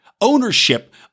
ownership